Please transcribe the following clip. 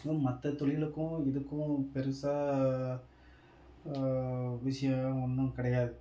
இதே மற்ற தொழிலுக்கும் இதுக்கும் பெருசாக விஷயம் ஒன்றும் கிடையாது